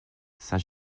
saint